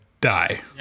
die